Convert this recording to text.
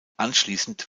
anschließend